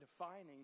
defining